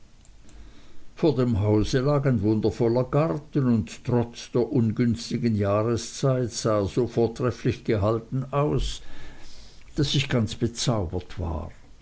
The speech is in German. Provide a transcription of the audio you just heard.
vor dem hause lag ein wundervoller garten und trotz der ungünstigen jahreszeit sah er so vortrefflich gehalten aus daß ich ganz bezaubert war